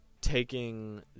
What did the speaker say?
taking